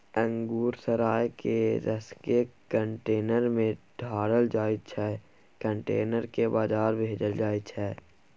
अंगुर सराए केँ रसकेँ कंटेनर मे ढारल जाइ छै कंटेनर केँ बजार भेजल जाइ छै